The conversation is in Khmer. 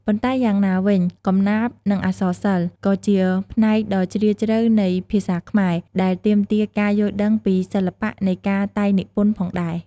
ប៉ុន្តែយ៉ាងណាវិញ កំណាព្យ និងអក្សរសិល្ប៍ ក៏ជាផ្នែកដ៏ជ្រាលជ្រៅនៃភាសាខ្មែរ ដែលទាមទារការយល់ដឹងពីសិល្បៈនៃការតែងនិពន្ធផងដែរ។